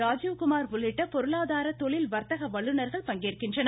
ராஜீவ்குமார் உள்ளிட்ட பொருளாதார தொழில் வர்த்தக வல்லுநர்கள் பங்கேற்கின்றனர்